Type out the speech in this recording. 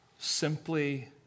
simply